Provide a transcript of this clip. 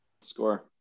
score